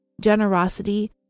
generosity